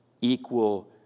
equal